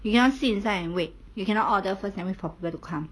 you cannot sit inside and wait you cannot order first and wait for people to come